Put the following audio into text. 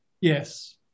Yes